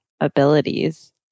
abilities